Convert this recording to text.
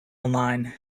online